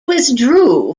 withdrew